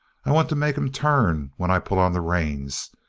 i want to make him turn when i pull on the reins.